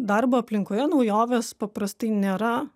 darbo aplinkoje naujovės paprastai nėra